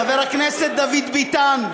חבר הכנסת דוד ביטן,